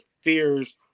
fears